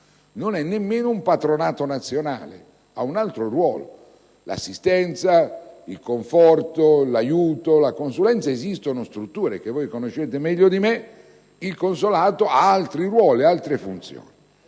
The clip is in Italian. e nemmeno un patronato nazionale: ha un altro ruolo. Per l'assistenza, il conforto, l'aiuto, la consulenza esistono strutture che conoscete meglio di me; il consolato ha altri ruoli ed altre funzioni